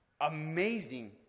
amazing